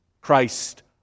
Christ